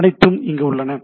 அனைத்தும் அங்கு உள்ளன